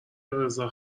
رضا